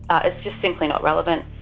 ah it's just simply not relevant.